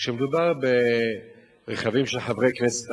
כשמדובר ברכבים של חברי כנסת,